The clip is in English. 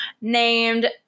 named